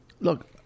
Look